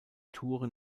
touren